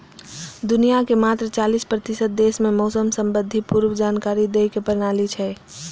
दुनिया के मात्र चालीस प्रतिशत देश मे मौसम संबंधी पूर्व जानकारी दै के प्रणाली छै